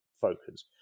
focus